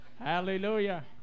Hallelujah